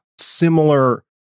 similar